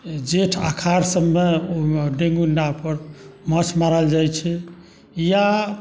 जेठ आषाढ़ सभमे डेंगी नाव पर माँछ मारल जाइ छै या